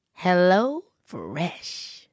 HelloFresh